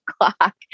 o'clock